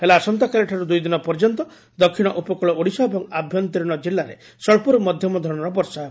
ହେଲେ ଆସନ୍ତାକାଲିଠାର୍ବ ଦୁଇ ଦିନ ପର୍ଯ୍ୟନ୍ତ ଦକ୍ଷିଣ ଉପକୂଳ ଓଡ଼ିଶା ଏବଂ ଆଭ୍ୟନ୍ତରୀଣ ଜିଲ୍ଲାରେ ସ୍ୱ ମଧ୍ଧମ ଧରଣର ବର୍ଷା ହେବ